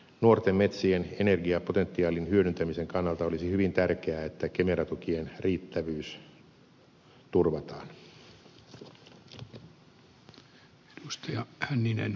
nuorten metsien energiapotentiaalin hyödyntämisen kannalta olisi hyvin tärkeää että kemera tukien riittävyys turvataan